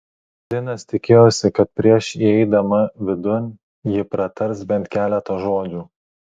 linas tikėjosi kad prieš įeidama vidun ji pratars bent keletą žodžių